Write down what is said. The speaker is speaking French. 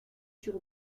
sur